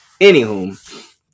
anywho